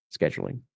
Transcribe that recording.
scheduling